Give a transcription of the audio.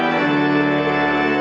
and